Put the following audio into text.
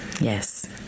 yes